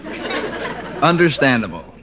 Understandable